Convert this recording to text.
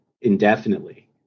indefinitely